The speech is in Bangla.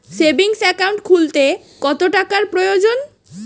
সেভিংস একাউন্ট খুলতে কত টাকার প্রয়োজন?